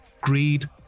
Greed